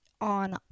on